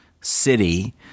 city